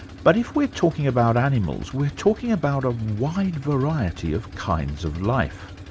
but if we're talking about animals, we're talking about a wide variety of kinds of life.